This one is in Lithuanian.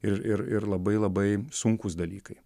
ir ir ir labai labai sunkūs dalykai